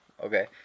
okay